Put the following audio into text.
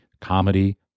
comedy